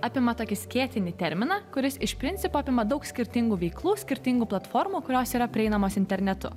apima tokį skėtinį terminą kuris iš principo apima daug skirtingų veiklų skirtingų platformų kurios yra prieinamos internetu